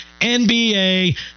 NBA